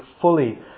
fully